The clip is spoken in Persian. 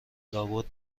لابد